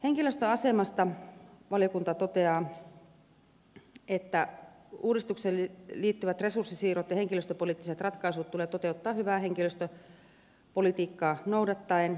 henkilöstön asemasta valiokunta toteaa että uudistukseen liittyvät resurssisiirrot ja henkilöstöpoliittiset ratkaisut tulee toteuttaa hyvää henkilöstöpolitiikkaa noudattaen